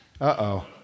Uh-oh